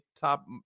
top